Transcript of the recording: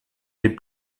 des